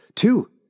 two